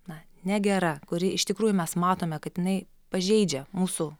na negera kuri iš tikrųjų mes matome kad jinai pažeidžia mūsų